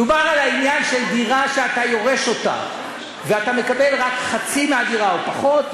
דובר על העניין של דירה שאתה יורש ואתה מקבל רק חצי מהדירה או פחות,